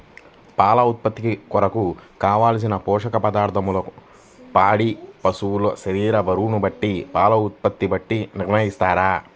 పాల ఉత్పత్తి కొరకు, కావలసిన పోషక పదార్ధములను పాడి పశువు శరీర బరువును బట్టి పాల ఉత్పత్తిని బట్టి నిర్ణయిస్తారా?